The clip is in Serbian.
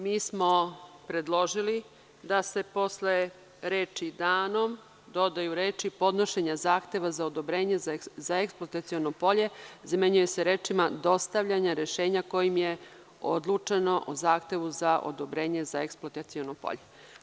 Mi smo predložili da se posle reči: „danom“, dodaju reči: „podnošenja zahteva za odobrenje za eksploataciono polje“, zamenjuju se rečima: „dostavljanja rešenja kojim je odlučeno o zahtevu za odobrenje za eksploataciono polje“